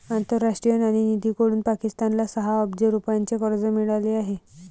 आंतरराष्ट्रीय नाणेनिधीकडून पाकिस्तानला सहा अब्ज रुपयांचे कर्ज मिळाले आहे